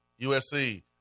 USC